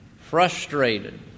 frustrated